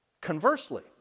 Conversely